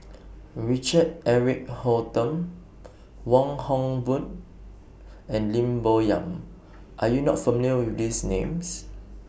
Richard Eric Holttum Wong Hock Boon and Lim Bo Yam Are YOU not familiar with These Names